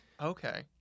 Okay